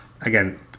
Again